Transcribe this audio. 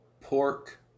pork